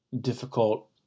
difficult